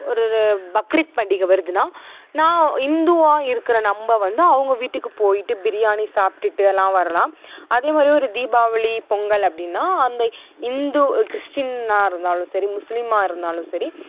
ஒரு பக்ரீத் பண்டிக வருதுன்னா நான் இந்துவாக இருக்கிற நம்ம வந்து அவங்க வீட்டுக்கு போய்ட்டு பிரியாணி சாப்பிடுட்டு எல்லாம் வரலாம் அதே மாதிரி ஒரு தீபாவளி பொங்கல் அப்படின்னா அந்த இந்து கிறிஸ்ட்டினாக இருந்தாலும் சரி முஸ்லிமாக இருந்தாலும் சரி